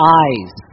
eyes